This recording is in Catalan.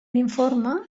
informe